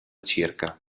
circa